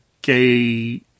gay